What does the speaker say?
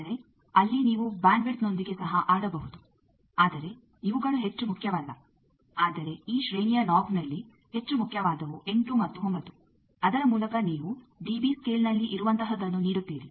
ಆದರೆ ಅಲ್ಲಿ ನೀವು ಬ್ಯಾಂಡ್ ವಿಡ್ತ್ನೊಂದಿಗೆ ಸಹ ಆಡಬಹುದು ಆದರೆ ಇವುಗಳು ಹೆಚ್ಚು ಮುಖ್ಯವಲ್ಲ ಆದರೆ ಈ ಶ್ರೇಣಿಯ ನಾಬನಲ್ಲಿ ಹೆಚ್ಚು ಮುಖ್ಯವಾದವು 8 ಮತ್ತು 9 ಅದರ ಮೂಲಕ ನೀವು ಡಿಬಿ ಸ್ಕೇಲ್ನಲ್ಲಿ ಇರುವಂತಹದನ್ನು ನೀಡುತ್ತೀರಿ